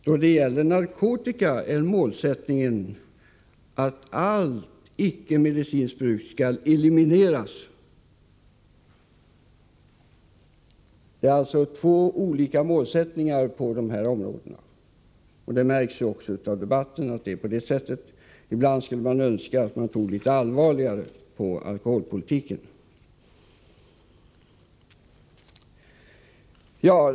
Då det gäller narkotika är målsättningen att allt icke medicinskt bruk skall elimineras.” Det är alltså två olika målsättningar. Det märks även på debatten att det är på det sättet. Ibland skulle jag önska att man tog litet allvarligare på alkoholpolitiken.